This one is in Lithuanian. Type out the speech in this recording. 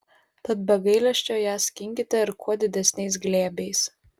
tad be gailesčio ją skinkite ir kuo didesniais glėbiais